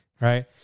Right